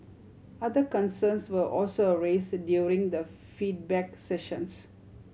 other concerns were also raise during the feedback sessions